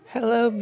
Hello